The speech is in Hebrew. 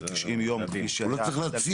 90 יום כפי שהיה --- הוא לא צריך להציע.